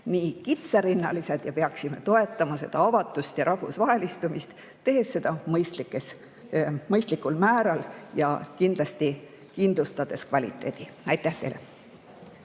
nii kitsarinnalised ja peaksime toetama seda avatust ja rahvusvahelistumist, tehes seda mõistlikul määral ja kindlasti kindlustades kvaliteedi. Aitäh teile!